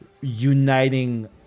uniting